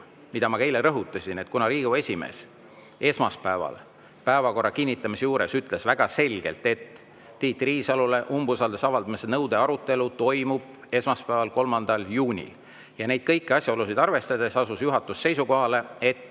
mida ma ka eile rõhutasin, et kuna Riigikogu esimees esmaspäeval päevakorra kinnitamise juures ütles väga selgelt, et Tiit Riisalole umbusalduse avaldamise nõude arutelu toimub esmaspäeval, 3. juunil – neid kõiki asjaolusid arvestades asus juhatuse seisukohale, et